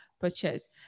purchase